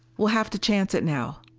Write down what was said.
we'll have to chance it now.